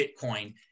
Bitcoin